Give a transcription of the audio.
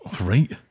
Right